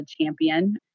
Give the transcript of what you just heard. champion